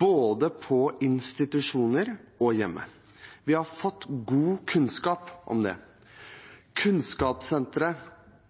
både på institusjon og hjemme. Vi har fått god kunnskap om det – Kunnskapssenteret,